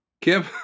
Kim